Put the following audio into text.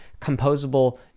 composable